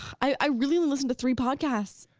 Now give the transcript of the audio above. i really listened to three podcasts.